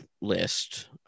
list